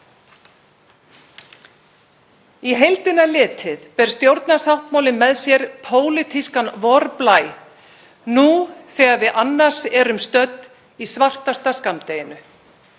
Í heildina litið ber stjórnarsáttmáli með sér pólitískan vorblæ nú þegar við erum annars stödd í svartasta skammdeginu.